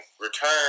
return